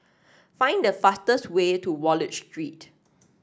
find the fastest way to Wallich Street